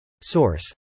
Source